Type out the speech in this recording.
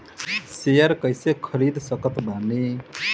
Share कइसे खरीद सकत बानी?